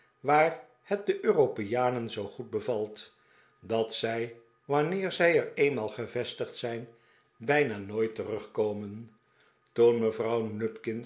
waar het den europeanen zoo goed bevalt dat zij wanneer zij er eenmaal gevestigd zijn bijna nooit terugkomen toen mevrouw